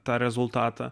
tą rezultatą